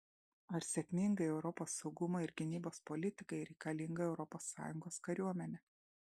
ar sėkmingai europos saugumo ir gynybos politikai reikalinga europos sąjungos kariuomenė